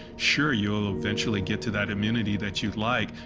sure, you'll eventually get to that immunity that you'd like,